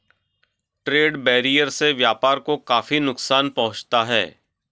trade barrier से व्यापार को काफी नुकसान पहुंचता है